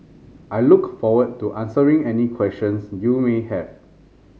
I look forward to answering any questions you may have